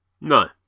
No